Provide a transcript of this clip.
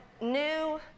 new